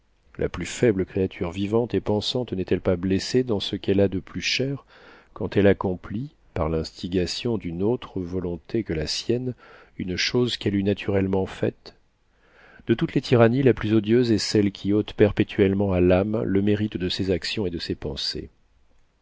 la plus faible créature vivante et pensante n'est-elle pas blessée dans ce qu'elle a de plus cher quand elle accomplit par l'instigation d'une autre volonté que la sienne une chose qu'elle eût naturellement faite de toutes les tyrannies la plus odieuse est celle qui ôte perpétuellement à l'âme le mérite de ses actions et de ses pensées